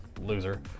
loser